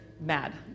mad